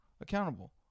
accountable